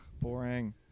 boring